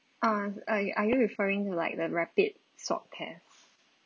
uh are are you referring like the rapid swab tests